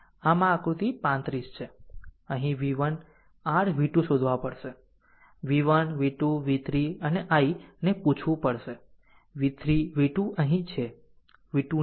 આમ આ 35 આકૃતિ છે અહીં v1 r v2 શોધવા પડશે v1 v2 v3 અને I ને પૂછવું પડશે v3 v2 અહીં છે